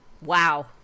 Wow